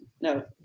No